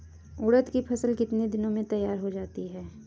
उड़द की फसल कितनी दिनों में तैयार हो जाती है?